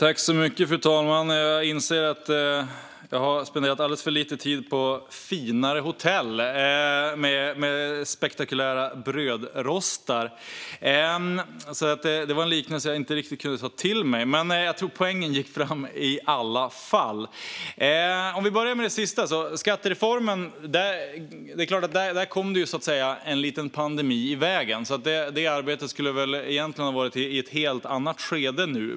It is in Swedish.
Fru talman! Jag inser att jag har spenderat alldeles för lite tid på finare hotell med spektakulära brödrostar. Det var en liknelse som jag inte riktigt kunde ta till mig. Men jag tror att poängen gick fram i alla fall. Jag ska börja med det sista. När det gäller skattereformen kom det en liten pandemi i vägen. Detta arbete skulle egentligen ha varit i ett helt annat skede nu.